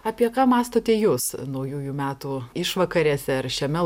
apie ką mąstote jūs naujųjų metų išvakarėse ar šiame